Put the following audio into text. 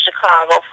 Chicago